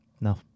No